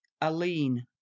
aline